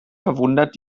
verwundert